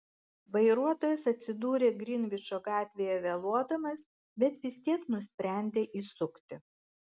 vairuotojas atsidūrė grinvičo gatvėje vėluodamas bet vis tiek nusprendė įsukti